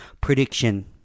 prediction